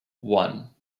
one